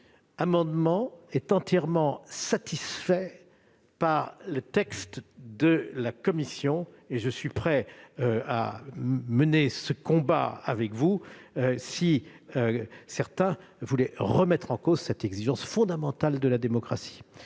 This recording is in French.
amendement est entièrement satisfait par le texte de la commission. Et je serais prêt à mener ce combat avec vous si certains voulaient remettre en cause cette exigence fondamentale de la démocratie.